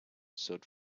sold